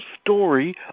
story